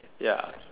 ya